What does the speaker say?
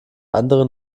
andere